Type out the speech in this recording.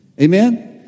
Amen